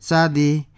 Sadi